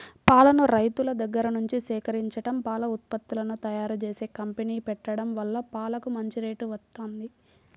పాలను రైతుల దగ్గర్నుంచి సేకరించడం, పాల ఉత్పత్తులను తయ్యారుజేసే కంపెనీ పెట్టడం వల్ల పాలకు మంచి రేటు వత్తంది